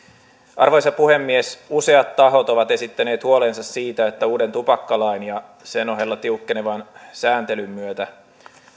arvoisa puhemies useat tahot ovat esittäneet huolensa siitä että uuden tupakkalain ja sen ohella tiukkenevan sääntelyn myötä